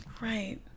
right